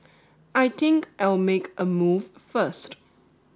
I think I'll make a move first